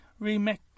remix